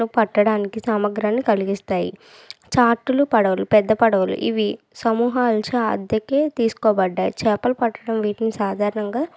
పట్టడానికి సమగ్రాన్ని కలిగిస్తాయి చాట్టులు పడవలు పెద్ద పడవలు ఇవి సమూహ అల్చ అద్దెకి తీసుకోబడ్డాయి చేపలు పట్టడం వీటిని సాధారణంగా